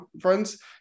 friends